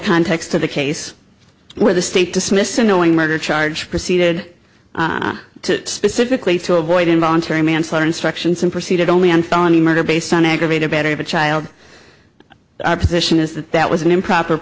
context of the case where the state dismissal knowing murder charge proceeded to specifically to avoid involuntary manslaughter instructions and proceeded only on felony murder based on aggravated battery of a child our position is that that was an improper